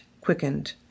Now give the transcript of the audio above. quickened